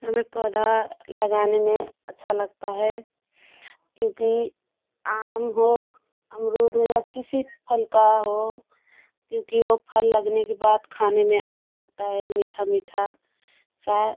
हमें पौधा लगाने में अच्छा लगता है क्योंकि आम हो अमरुद हो या किसी फल का हो क्योंकि वो फल लगने के बाद खाने में अच्छा लगता है मीठा मीठा सा